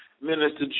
Minister